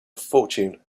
fortune